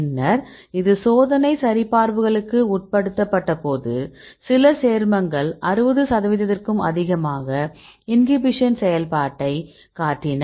பின்னர் இது சோதனை சரிபார்ப்புகளுக்கு உட்படுத்தப்பட்டபோது சில சேர்மங்கள் 60 சதவீதத்திற்கும் அதிகமான இன்ஹிபிஷன் செயல்பாட்டைக் காட்டின